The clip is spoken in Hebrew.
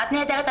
את נהדרת,